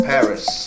Paris